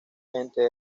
gente